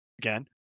again